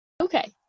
Okay